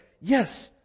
yes